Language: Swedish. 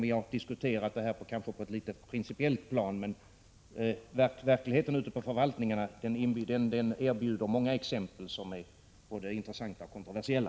Vi har diskuterat frågan på ett principiellt plan, men verkligheten ute på förvaltningarna erbjuder många exempel som är både intressanta och kontroversiella.